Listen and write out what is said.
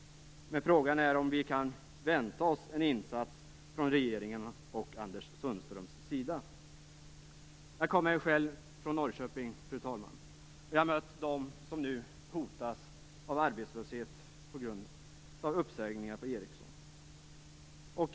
Men frågan är om vi kan vänta oss en insats från regeringens och Anders Jag kommer ju själv från Norrköping, fru talman. Jag har mött dem som nu hotas av arbetslöshet på grund av uppsägningar på Ericsson.